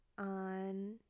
on